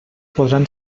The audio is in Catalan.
podran